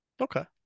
okay